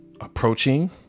approaching